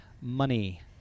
Money